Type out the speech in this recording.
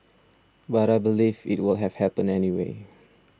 but I believe it would have happened anyway